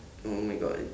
oh my god